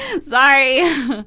Sorry